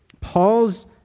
Paul's